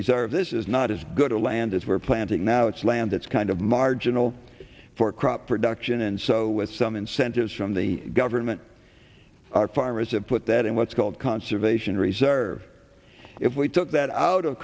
reserve this is not as good a land as we're planting now it's land that's kind of marginal for crop production and so with some incentives from the government our farmers have put that in what's called conservation reserve if we took that out of